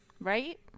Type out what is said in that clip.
right